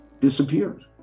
disappeared